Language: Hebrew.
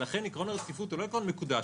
לכן עיקרון הרציפות הוא לא עיקרון מקודש,